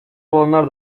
olanlar